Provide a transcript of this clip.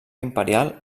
imperial